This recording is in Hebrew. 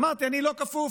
אמרתי: אני לא כפוף.